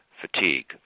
fatigue